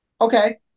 Okay